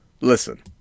Listen